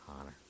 honor